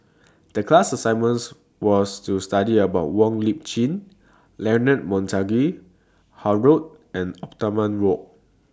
The class assignments was to study about Wong Lip Chin Leonard Montague Harrod and Othman Wok